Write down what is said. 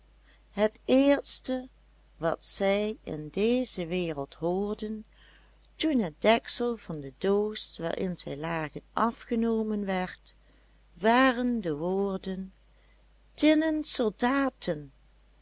het eerste wat zij in deze wereld hoorden toen het deksel van de doos waarin zij lagen afgenomen werd waren de woorden tinnen soldaten